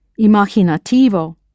imaginativo